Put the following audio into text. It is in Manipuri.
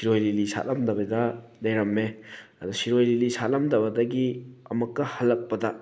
ꯁꯤꯔꯣꯏ ꯂꯤꯂꯤ ꯁꯥꯠꯂꯝꯗꯕꯤꯗ ꯂꯩꯔꯝꯃꯦ ꯑꯗ ꯁꯤꯔꯣꯏ ꯂꯤꯂꯤ ꯁꯥꯠꯂꯝꯗꯕꯗꯒꯤ ꯑꯃꯨꯛꯀ ꯍꯜꯂꯛꯄꯗ